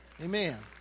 amen